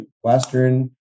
Western